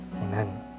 Amen